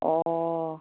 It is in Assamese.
অঁ